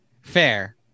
Fair